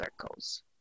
circles